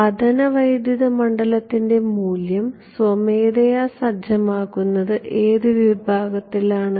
പതന വൈദ്യുത മണ്ഡലത്തിന്റെ മൂല്യം സ്വമേധയാ സജ്ജമാക്കുന്നത് ഏത് വിഭാഗത്തിലാണ്